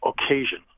occasion